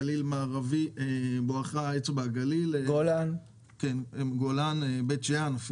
גליל מערבי, בואכה אצבע הגליל, הגולן וגם בית שאן.